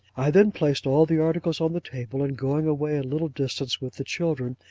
i then placed all the articles on the table, and going away a little distance with the children,